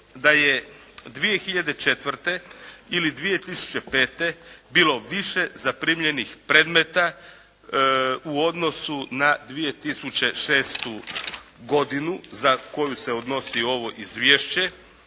da je 2004. ili 2005. bilo više zaprimljenih predmeta u odnosu na 2006. godinu za koju se odnosi ovo izvješće,